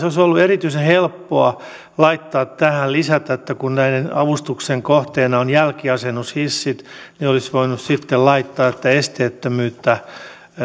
olisi ollut erityisen helppoa laittaa tähän lisätä kun näiden avustusten kohteena ovat jälkiasennushissit niin olisi voinut sitten laittaa että myös esteettömyyttä